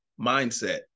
mindset